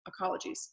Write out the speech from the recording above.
ecologies